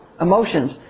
emotions